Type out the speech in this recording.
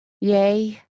Yea